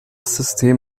system